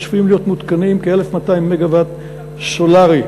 צפויים להיות מותקנים כ-1,200 מגה-ואט סולרי.